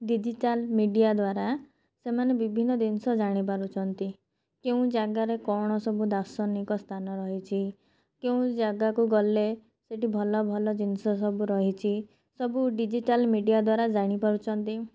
digital media ଦ୍ଵାରା ସେମାନେ ବିଭିନ୍ନ ଜିନିଷ ଜାଣିପାରୁଛନ୍ତି କେଉଁ ଜାଗାରେ କ'ଣ ସବୁ ଦାର୍ଶନିକ ସ୍ଥାନ ରହିଛି କେଉଁ ଜାଗାକୁ ଗଲେ ସେଠି ଭଲ ଭଲ ଜିନିଷ ସବୁ ରହିଛି ସବୁ ଡିଜିଟାଲ୍ ମିଡ଼ିଆ ଦ୍ଵାରା ଜାଣିପାରୁଛନ୍ତି